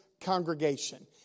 congregation